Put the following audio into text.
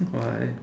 why